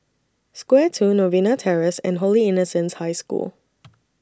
Square two Novena Terrace and Holy Innocents' High School